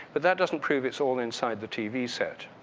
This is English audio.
but that doesn't prove it's all inside the tv set.